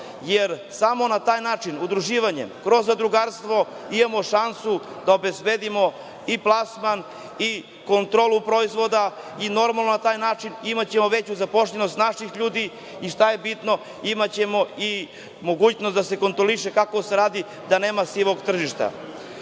jer samo na taj način, udruživanjem, kroz zadrugarstvo, imamo šansu da obezbedimo i plasman i kontrolu proizvoda i, normalno, na taj način imaćemo veću zaposlenost naših ljudi i imaćemo mogućnost da se kontroliše kako se radi, da nema sivog tržišta. Pitanje